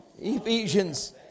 Ephesians